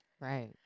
right